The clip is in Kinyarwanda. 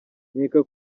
nkeka